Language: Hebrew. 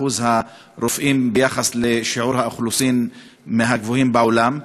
אחוז הרופאים ביחס לשיעור האוכלוסין מהגבוהים בעולם,